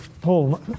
Paul